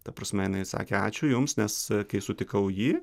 ta prasme jinai sakė ačiū jums nes kai sutikau jį